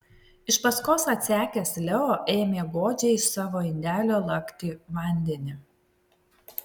iš paskos atsekęs leo ėmė godžiai iš savo indelio lakti vandenį